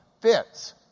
fits